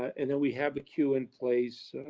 and then we have the queue in place,